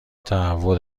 تهوع